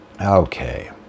Okay